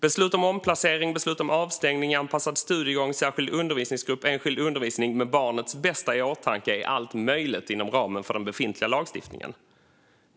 Beslut om omplacering, beslut om avstängning, anpassad studiegång, särskild undervisningsgrupp, enskild undervisning med barnets bästa i åtanke är möjligt inom ramen för den befintliga lagstiftningen.